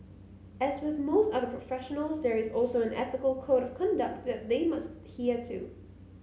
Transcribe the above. as with most other professionals there is also an ethical code of conduct that they must adhere to